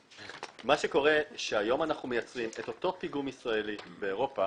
היום כאשר אנחנו מייצרים את אותו פיגום ישראלי באירופה